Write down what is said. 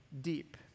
deep